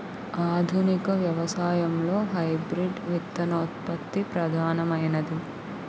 ఆధునిక వ్యవసాయంలో హైబ్రిడ్ విత్తనోత్పత్తి ప్రధానమైనది